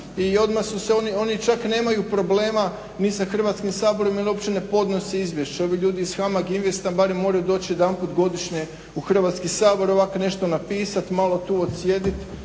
su se, oni čak nemaju problema ni sa Hrvatskim saborom jer uopće ne podnosi izvješće. Ovi ljudi iz HAMAG Investa barem moraju doći jedanput godišnje u Hrvatski sabor ovako nešto napisat, malo tu odsjedit,